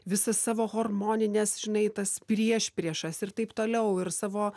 visas savo hormonines žinai tas priešpriešas ir taip toliau ir savo